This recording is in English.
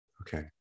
okay